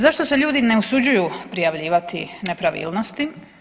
Zašto se ljudi ne usuđuju prijavljivati nepravilnosti?